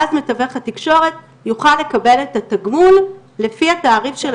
ואז מתווך התקשורת יוכל לקבל את התגמול לפי התעריף,